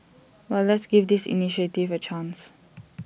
but let's give this initiative A chance